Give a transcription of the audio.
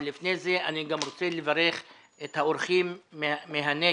אבל לפני כן אני רוצה לברך את האורחים מהנגב